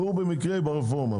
הוא במקרה ברפורמה.